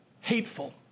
hateful